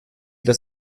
das